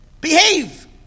Behave